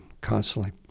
constantly